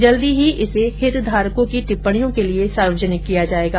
जल्द ही इसे हितधारकों की टिप्पणियों के लिए सार्वजनिक किया जायेगा